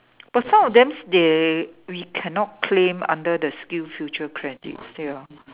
but some of them they we cannot claim under the SkillsFuture credits ya